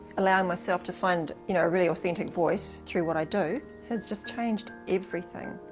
allowing myself to find you know, a really authentic voice through what i do has just changed everything.